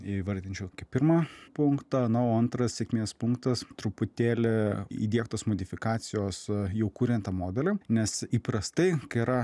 įvardinčiau kaip pirmą punktą na o antras sėkmės punktas truputėlį įdiegtos modifikacijos jau kuriant tą modelį nes įprastai kai yra